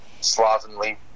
slovenly